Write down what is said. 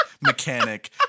mechanic